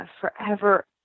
forever